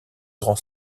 grand